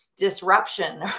Disruption